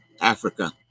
Africa